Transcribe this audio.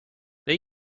they